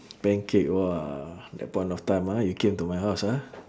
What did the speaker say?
pancake !wah! that point of time ah you came to my house ah